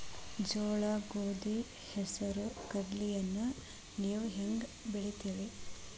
ಜೋಳ, ಗೋಧಿ, ಹೆಸರು, ಕಡ್ಲಿಯನ್ನ ನೇವು ಹೆಂಗ್ ಬೆಳಿತಿರಿ?